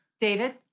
David